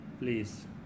please